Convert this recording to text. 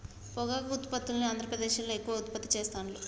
పొగాకు ఉత్పత్తుల్ని ఆంద్రప్రదేశ్లో ఎక్కువ ఉత్పత్తి చెస్తాండ్లు